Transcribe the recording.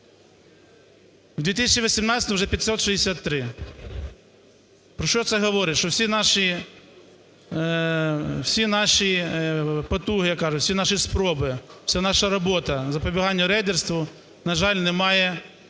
в 2018 вже 563. Про що це говорить? Що всі наші потуги, як кажуть, всі наші спроби, вся наша робота запобіганню рейдерству, на жаль, не має